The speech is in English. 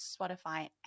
Spotify